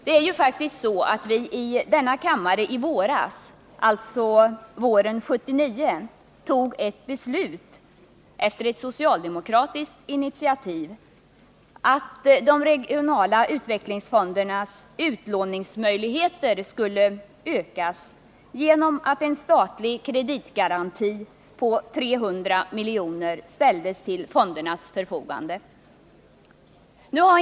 Det är faktiskt så att vi i denna kammare i våras — alltså våren 1979 — tog ett beslut, efter ett socialdemokratiskt initiativ, om att de regionala utvecklingsfondernas utlåningsmöjligheter skulle ökas genom att en statlig kreditgaranti på 300 miljoner ställdes till fondernas förfogande.